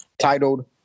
Titled